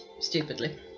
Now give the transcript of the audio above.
Stupidly